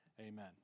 Amen